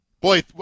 Boy